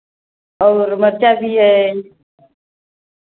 और मिर्च भी हैं